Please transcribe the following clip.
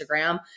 Instagram